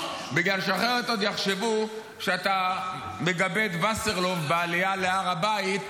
בגלל שאחרת עוד יחשבו שאתה מגבה את וסרלאוף בעלייה להר הבית,